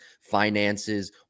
finances